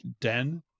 den